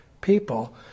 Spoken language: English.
people